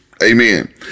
Amen